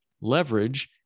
leverage